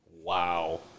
Wow